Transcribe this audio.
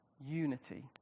unity